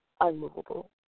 unmovable